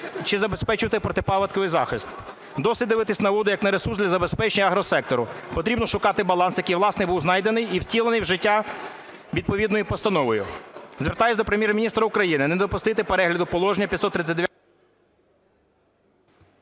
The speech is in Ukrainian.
чи забезпечувати протипаводковий захист? Досить дивитися на воду як на ресурс для забезпечення агросектора, потрібно шукати баланс, який, власне, був знайдений і втілений в життя відповідною постановою. Звертаюсь до Прем’єр-міністра України, не допустити перегляду положення 539...